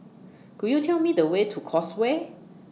Could YOU Tell Me The Way to Causeway